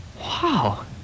Wow